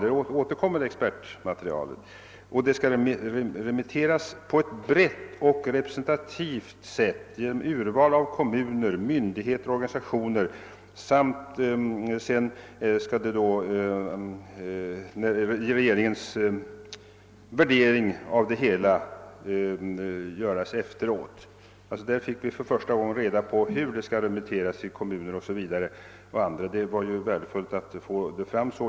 Där återkommer alltså detta med expertmaterial. Detta material skall, sade herr Hugosson, remitteras på ett brett och representativt sätt genom urval av kommuner, myndigheter och organisationer, och därefter skall regeringens värdering av det hela göras. Där fick vi för första gången reda på hur saken skall remitteras till kommuner och andra instanser. Det var värdefullt att få fram detta.